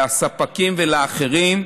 לספקים ולאחרים.